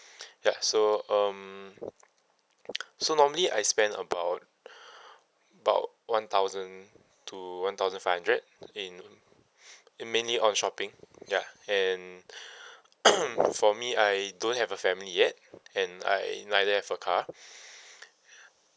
ya so um so normally I spend about about one thousand to one thousand five hundred in in mainly on shopping ya and for me I don't have a family yet and I neither have a car